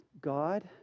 God